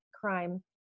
crime